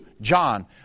John